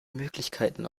möglichkeiten